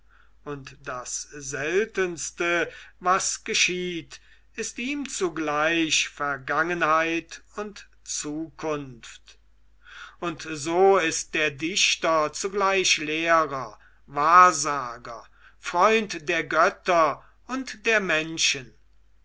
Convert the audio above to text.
und das seltenste was geschieht ist ihm zugleich vergangenheit und zukunft und so ist der dichter zugleich lehrer wahrsager freund der götter und der menschen